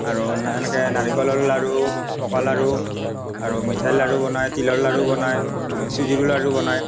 আৰু এনেকৈ নাৰিকলৰ লাড়ু পকা লাড়ু আৰু মিঠাই লাড়ু বনায় তিলৰ লাড়ু বনায় চুজিৰ লাড়ু বনায়